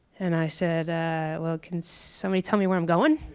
and i said can somebody tell me where i'm going?